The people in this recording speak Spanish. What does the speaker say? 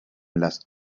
las